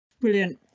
Brilliant